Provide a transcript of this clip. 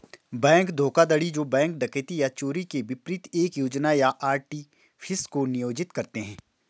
bank धोखाधड़ी जो bank डकैती या चोरी के विपरीत एक योजना या आर्टिफिस को नियोजित करते हैं